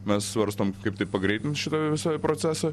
mes svarstom kaip tai pagreitins šitą visą procesą